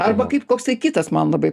arba kaip koksai kitas man labai